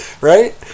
right